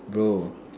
bro